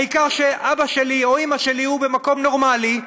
העיקר שאבא שלי או אימא שלי יהיו במקום נורמלי.